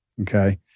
okay